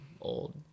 old